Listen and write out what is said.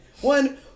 One